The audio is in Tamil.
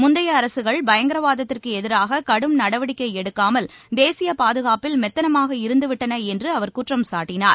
முந்தைய அரசுகள் பயங்கரவாதத்திற்கு எதிராக கடும் நடவடிக்கை எடுக்காமல் தேசிய பாதுகாப்பில் மெத்தனமாக இருந்துவிட்டன என்று அவர் குற்றம்சாட்டினார்